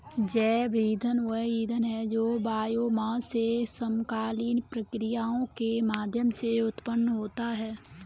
जैव ईंधन वह ईंधन है जो बायोमास से समकालीन प्रक्रियाओं के माध्यम से उत्पन्न होता है